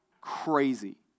crazy